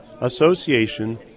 Association